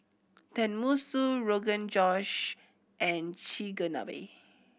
Tenmusu Rogan Josh and Chigenabe